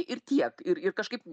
ir tiek ir ir kažkaip